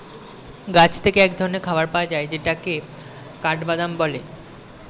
গাছ থেকে এক ধরনের খাবার পাওয়া যায় যেটাকে কাঠবাদাম বলে